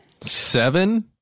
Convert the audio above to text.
Seven